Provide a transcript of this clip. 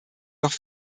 noch